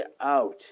out